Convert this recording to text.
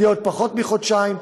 תהיה בעוד פחות מחודשיים,